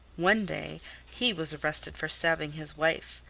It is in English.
one day he was arrested for stabbing his wife.